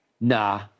Nah